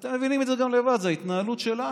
ואתם מבינים את זה גם לבד, זו ההתנהלות שלנו.